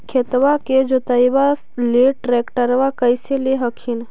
खेतबा के जोतयबा ले ट्रैक्टरबा कैसे ले हखिन?